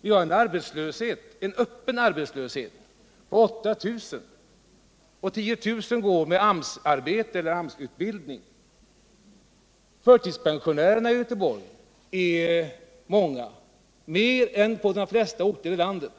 Vi har nu en öppen arbetslöshet på 8 000 personer, och 10 000 går i AMS-utbildning. Förtidspensionärerna i Göteborg är många, fler än på de festa orter i landet.